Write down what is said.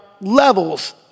levels